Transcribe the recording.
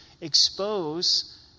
expose